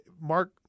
Mark